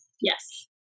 Yes